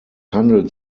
handelt